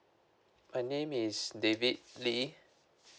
my name is david lee